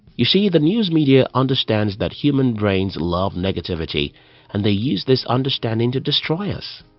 you see, the news media understand that human brains love negativity and they use this understanding to destroy us.